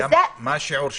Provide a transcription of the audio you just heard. מה השיעור שם?